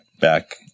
back